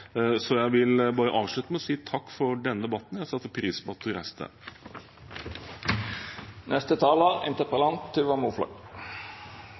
Jeg vil bare avslutte med å si takk for denne debatten. Jeg setter pris på